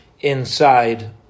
inside